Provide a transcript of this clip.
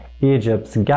Egypt's